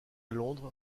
londres